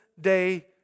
day